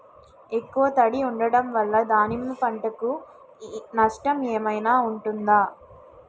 ఎక్కువ తడి ఉండడం వల్ల దానిమ్మ పంట కి నష్టం ఏమైనా ఉంటుందా?